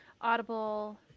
Audible